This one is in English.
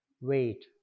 wait